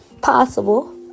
possible